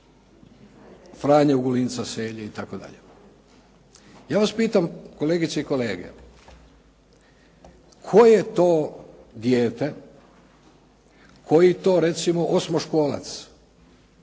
Frane Ogulinca, Selje itd.. Ja vas pitam kolegice i kolege, koje je to dijete, koji to recimo osmoškolac